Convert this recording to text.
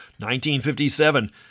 1957